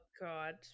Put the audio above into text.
god